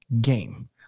game